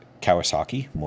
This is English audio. Kawasaki